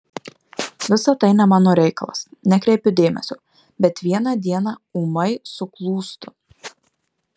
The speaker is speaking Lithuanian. visa tai ne mano reikalas nekreipiu dėmesio bet vieną dieną ūmai suklūstu